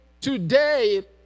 today